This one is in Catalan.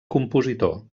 compositor